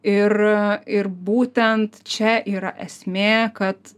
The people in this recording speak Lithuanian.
ir ir būtent čia yra esmė kad